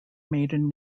maiden